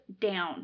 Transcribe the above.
down